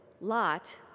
Lot